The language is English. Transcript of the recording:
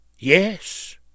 Yes